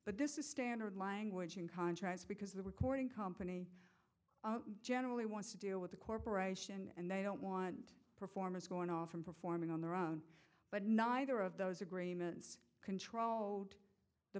but this is standard language in contracts because the recording company generally wants to deal with the corporation and they don't want performers going off and performing on their own but neither of those agreements control the